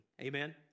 Amen